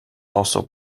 also